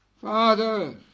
Father